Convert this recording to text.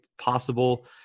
possible